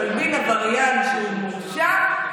ראש הממשלה המיועד תחת כתבי האישום שמלבין עבריין מורשע,